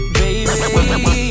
baby